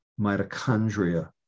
mitochondria